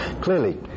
clearly